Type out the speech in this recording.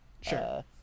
Sure